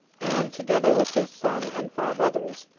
and, together with his son and five others,